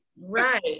right